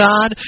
God